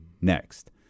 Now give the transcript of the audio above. next